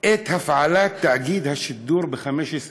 את הפעלת תאגיד השידור ב-15 יום,